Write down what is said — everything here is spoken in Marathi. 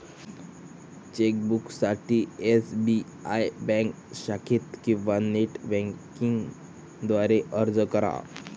चेकबुकसाठी एस.बी.आय बँक शाखेत किंवा नेट बँकिंग द्वारे अर्ज करा